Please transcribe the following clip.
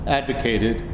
advocated